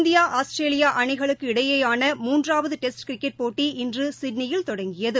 India Australia அணிகளுக்கு இடையேயான மூன்றவாது டெஸ்ட் கிரிக்கெட் போட்டி இன்று சிட்னியில் தொடங்கியது